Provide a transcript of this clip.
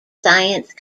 science